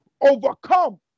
overcome